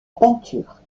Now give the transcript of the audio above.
peinture